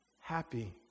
happy